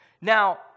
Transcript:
Now